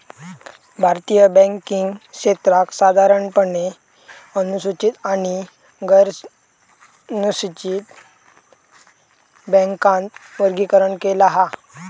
भारतीय बॅन्किंग क्षेत्राक साधारणपणे अनुसूचित आणि गैरनुसूचित बॅन्कात वर्गीकरण केला हा